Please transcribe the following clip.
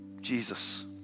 Jesus